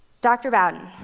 dr. bowden,